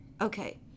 Okay